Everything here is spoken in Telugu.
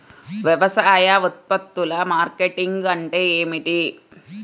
వ్యవసాయ ఉత్పత్తుల మార్కెటింగ్ అంటే ఏమిటి?